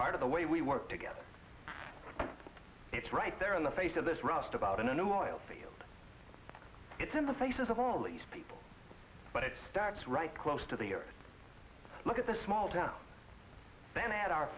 part of the way we work together it's right there in the face of this rust about a new oil field it's in the faces of all these people but it starts right close to the er look at the small town then at our